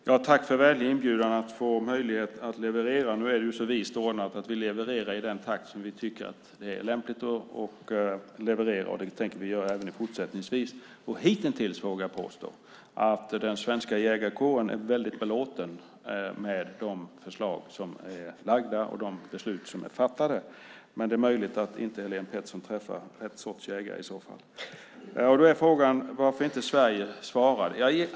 Herr talman! Jag tackar för vänlig inbjudan att få möjlighet att leverera. Nu är det så vist ordnat att vi levererar i den takt vi tycker är lämplig. Det tänker vi göra även fortsättningsvis. Jag vågar påstå att hittills är den svenska jägarkåren mycket belåten med de förslag som har lagts fram och de beslut som är fattade. Det är dock möjligt att Helén Pettersson inte träffar rätt sorts jägare. Varför svarade inte Sverige?